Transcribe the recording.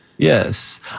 Yes